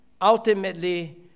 ultimately